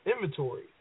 inventory